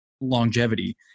longevity